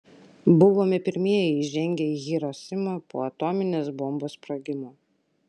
buvome pirmieji įžengę į hirosimą po atominės bombos sprogimo